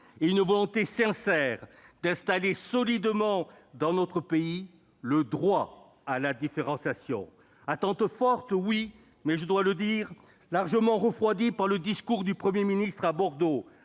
d'une volonté sincère d'installer solidement dans notre pays le droit à la différenciation. Je dois le dire, cette attente forte a été largement refroidie par le discours du Premier ministre à Bordeaux.